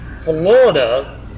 Florida